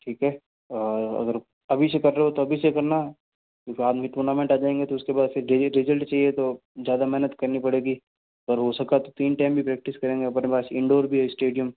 ठीक है और अगर अभी से कर रहे हो तो अभी से कर लेना फिर बाद में टूर्नामेन्ट आ जाएंगे तो उसके बाद डायरेक्ट रिजल्ट चाहिए तो ज़्यादा मेहनत करनी पडे़गी और हो सका तो तीन टाइम भी प्रैक्टिस करेंगे अपने पास इंडोर भी है स्टेडियम